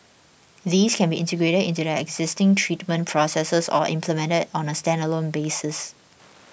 these can be integrated into their existing treatment processes or implemented on a standalone basis